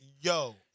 yo